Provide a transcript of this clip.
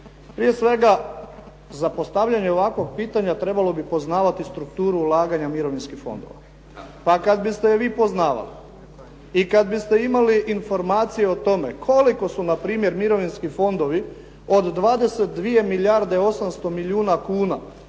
Prije svega za postavljanje ovakvog pitanja trebalo bi poznavati strukturu ulaganja mirovinskih fondova. Pa kada biste je vi poznavali i kada biste imali informacije o tome koliko su npr. mirovinski fondovi od 22 milijarde 800 milijuna kuna,